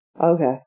Okay